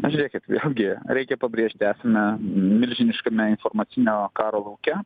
na žiūrėkit vėlgi reikia pabrėžti esame milžiniškame informacinio karo lauke